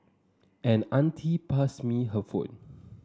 an auntie passed me her phone